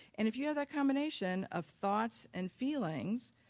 and if you have that combination of thoughts and feelings,